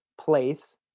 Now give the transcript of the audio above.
place